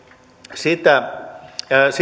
sitä